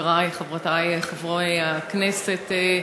חברי וחברותי חברי הכנסת,